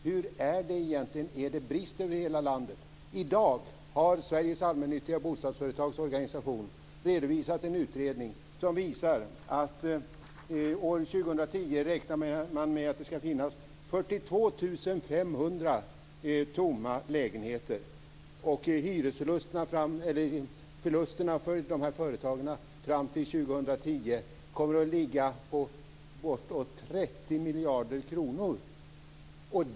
Hur är det egentligen? Är det brist över hela landet? I dag har Sveriges allmännyttiga bostadsföretags organisation redovisat en utredning som visar att man räknar med att det år 2010 ska finnas 42 500 tomma lägenheter och att förlusterna för de här företagen fram till 2010 kommer att ligga på bortåt 30 miljarder kronor.